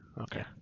okay